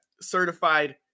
certified